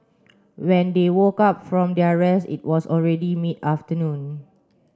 when they woke up from their rest it was already mid afternoon